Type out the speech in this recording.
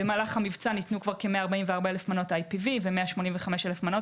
במהלך המבצע ניתנו כ-144,000 מנות IPV ו-185,000 מנות